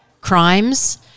crimes